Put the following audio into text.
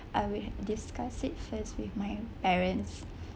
I will discuss it first with my parents